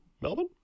Melbourne